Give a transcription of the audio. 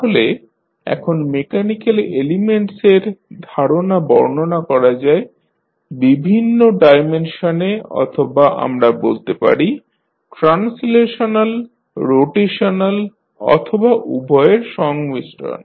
তাহলে এখন মেকানিক্যাল এলিমেন্টসের ধারণা বর্ণনা করা যায় বিভিন্ন ডাইমেনশনে অথবা আমরা বলতে পারি ট্রান্সলেশনাল রোটেশানাল অথবা উভয়ের সংমিশ্রণ